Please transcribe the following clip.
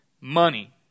money